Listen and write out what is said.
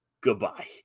Goodbye